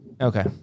Okay